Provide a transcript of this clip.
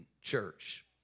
church